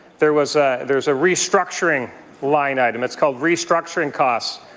there was there was a restructuring line item. it's called restructuring costs.